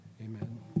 Amen